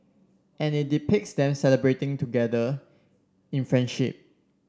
and it depicts them celebrating together in friendship